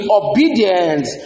obedience